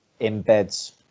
embeds